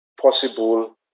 possible